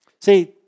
See